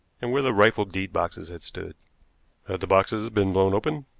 and where the rifled deed boxes had stood. had the boxes been blown open?